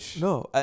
no